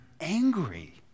angry